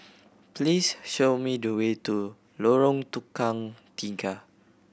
please show me the way to Lorong Tukang Tiga